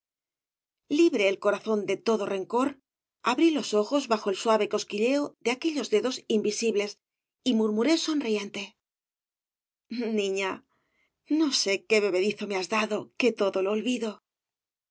libre el corazón de todo rencor abrí los ojos bajo el suave cosquilleo de aquellos dedos invisibles y murmuré sonriente niña no sé qué bebedizo me has dado que todo lo olvido de